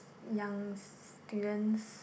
young students